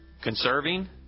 Conserving